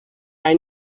این